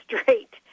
straight